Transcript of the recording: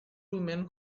woman